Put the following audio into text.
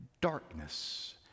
darkness